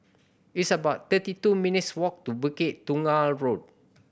it's about thirty two minutes' walk to Bukit Tunggal Road